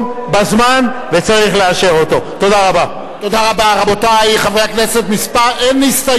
תודה רבה לחבר הכנסת מיקי